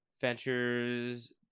ventures